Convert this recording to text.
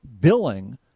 billing